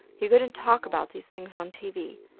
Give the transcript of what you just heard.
you couldn't talk about these things on tv.